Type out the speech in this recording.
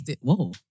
Whoa